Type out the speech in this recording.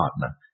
partner